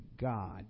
God